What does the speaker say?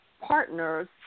partner's